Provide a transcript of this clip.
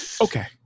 Okay